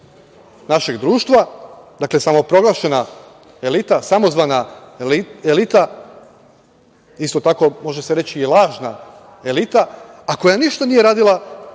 našeg društva, dakle samoproglašena elita, samozvana elita, isto tako, može se reći i lažna elita, a koja ništa nije radila